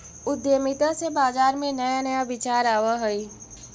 उद्यमिता से बाजार में नया नया विचार आवऽ हइ